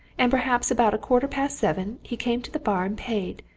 and perhaps about a quarter past seven he came to the bar and paid,